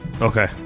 Okay